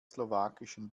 slowakischen